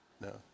No